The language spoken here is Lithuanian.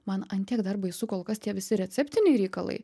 man ant tiek dar baisu kol kas tie visi receptiniai reikalai